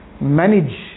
manage